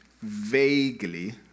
vaguely